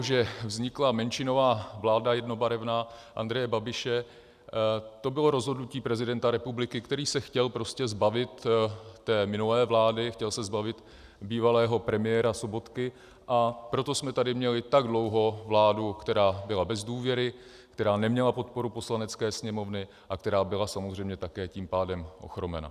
To, že vznikla menšinová jednobarevná vláda Andreje Babiše, bylo rozhodnutí prezidenta republiky, který se chtěl prostě zbavit minulé vlády, chtěl se zbavit bývalého premiéra Sobotky, a proto jsme tady měli tak dlouho vládu, která byla bez důvěry, která neměla podporu Poslanecké sněmovny a která byla samozřejmě také tím pádem ochromena.